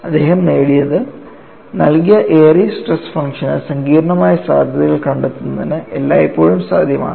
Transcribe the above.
അദ്ദേഹം നേടിയത് നൽകിയ എയറിസ് സ്ട്രെസ് ഫംഗ്ഷന് സങ്കീർണ്ണമായ സാധ്യതകൾ കണ്ടെത്തുന്നത് എല്ലായ്പ്പോഴും സാധ്യമാണ്